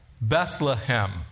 Bethlehem